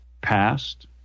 passed